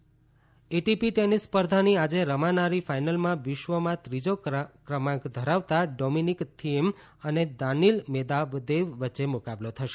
tennis ATP tennis સ્પર્ધાની આજે રમાનારી ફાઈનલમાં વિશ્વમાં ત્રીજો ક્રમાંક ધરાવતા ડોમીનીક થીઈમ અને દાનિલ મેદવાદેવ વચ્ચે મુકાબલો થશે